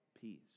peace